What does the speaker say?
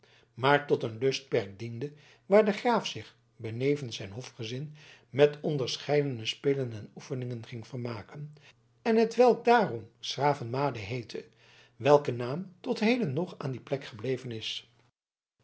maar tot een lustperk diende waar de graaf zich benevens zijn hofgezin met onderscheidene spelen en oefeningen ging vermaken en t welk daarom s gravenmade heette welke naam tot heden nog aan die plek gebleven is